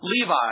Levi